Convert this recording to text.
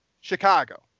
Chicago